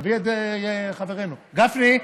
תביא את חברנו גפני.